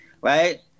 right